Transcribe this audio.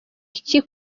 iki